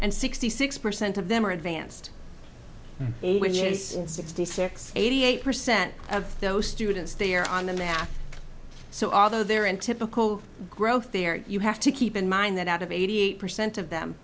and sixty six percent of them are advanced in sixty six eighty eight percent of those students there on the map so although they're in typical growth there you have to keep in mind that out of eighty eight percent of them